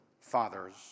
fathers